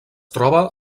troba